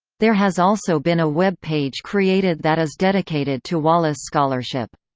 there has also been a web page created that is dedicated to wallace scholarship.